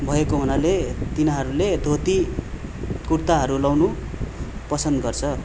भएको हुनाले तिनीहरूले धोती कुर्ताहरू लाउनु पसन्द गर्छ